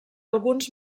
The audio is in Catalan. alguns